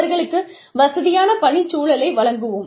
அவர்களுக்கு வசதியான பணிச்சூழலை வழங்குவோம்